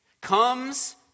comes